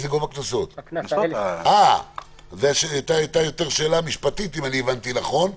זאת הייתה שאלה יותר משפטית, אם הבנתי נכון.